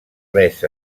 res